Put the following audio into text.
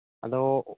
ᱟᱫᱚ